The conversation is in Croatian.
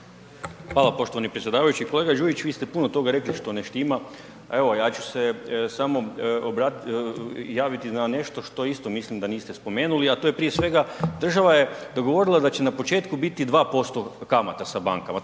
Hvala poštovani predsjedavajući, kolega Đujić vi ste puno toga rekli što ne štima, a evo ja ću se samo javiti na nešto što isto mislim da isto niste spomenuli, a to je prije svega država je dogovorila da će na početku biti 2% kamata sa bankama.